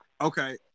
Okay